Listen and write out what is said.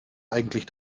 eigentlich